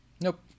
Nope